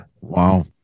Wow